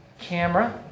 camera